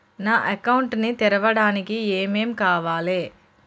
నా అకౌంట్ ని తెరవడానికి ఏం ఏం కావాలే?